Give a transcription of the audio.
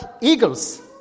eagles